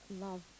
love